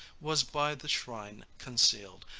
was by the shrine concealed,